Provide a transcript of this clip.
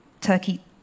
turkey